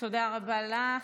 תודה רבה לך.